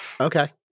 Okay